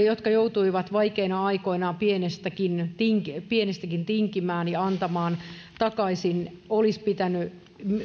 jotka joutuivat vaikeina aikoina pienestäkin tinkimään pienestäkin tinkimään ja antaa takaisin olisi pitänyt